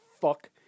fuck